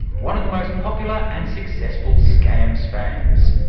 one of the most popular and successful scam spams.